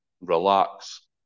relax